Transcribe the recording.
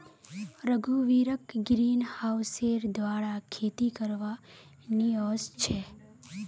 रघुवीरक ग्रीनहाउसेर द्वारा खेती करवा नइ ओस छेक